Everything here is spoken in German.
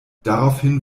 daraufhin